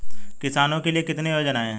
किसानों के लिए कितनी योजनाएं हैं?